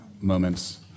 moments